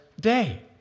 day